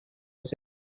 said